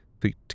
feet